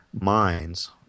minds